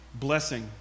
blessing